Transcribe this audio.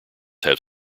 have